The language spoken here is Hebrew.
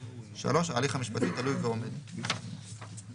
(3) ההליך המשפטי תלוי ועומד." תודה.